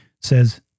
says